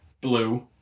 blue